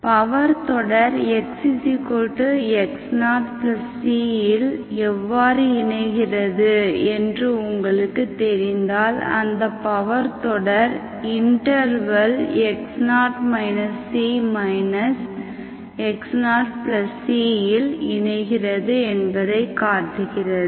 power தொடர் x x0c இல்எவ்வாறு இணைகிறது என்று உங்களுக்குத் தெரிந்தால் அந்த பவர் தொடர் இண்டெர்வெல் x0 c x0cஇல் இணைகிறது என்பதை காட்டுகிறது